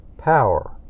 power